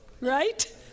right